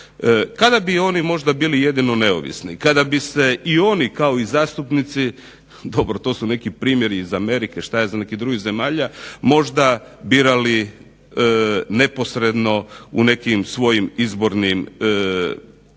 Kada bi oni možda bili jedino neovisni? Kada bi se i oni kao i zastupnici, dobro to su neki primjeri iz Amerike i što ja znam nekih drugih zemalja, možda birali neposredno u nekim svojim izbornim jedinicama.